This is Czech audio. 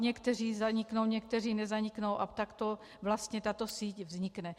Někteří zaniknou, nezaniknou a takto vlastně tato síť vznikne.